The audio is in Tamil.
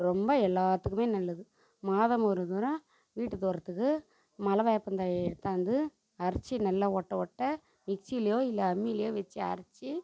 ரொம்ப எல்லாத்துக்கும் நல்லது மாதம் ஒரு முறை வீட்டு தூரத்துக்கு மலை வேப்பந்தழையை எடுத்தாந்து அரைச்சி நல்லா ஒட்ட ஒட்ட மிக்ஸிலையோ இல்லை அம்மிலேயோ வெச்சு அரைச்சி